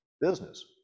business